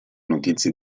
notizie